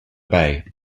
bay